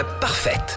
parfaite